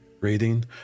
rating